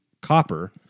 copper